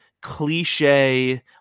cliche